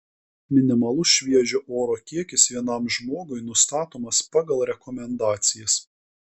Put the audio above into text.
minimalus šviežio oro kiekis vienam žmogui nustatomas pagal rekomendacijas